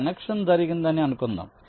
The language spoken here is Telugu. ఈ కనెక్షన్ జరిగిందని అనుకుందాం